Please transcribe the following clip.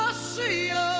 ah see